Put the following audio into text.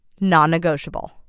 non-negotiable